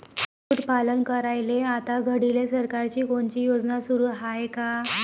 कुक्कुटपालन करायले आता घडीले सरकारची कोनची योजना सुरू हाये का?